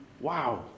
wow